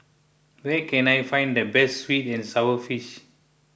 where can I find the best Sweet and Sour Fish